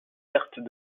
perte